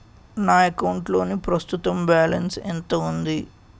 నా అకౌంట్ లోని ప్రస్తుతం బాలన్స్ ఎంత ఉంది?